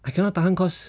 I cannot tahan cause